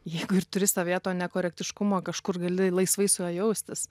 jeigu ir turi savyje to nekorektiškumo kažkur gali laisvai su juo jaustis